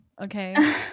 okay